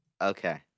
Okay